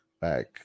back